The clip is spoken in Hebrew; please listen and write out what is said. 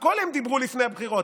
על הכול הם דיברו לפני הבחירות.